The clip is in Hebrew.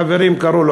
כך חברים קראו לו.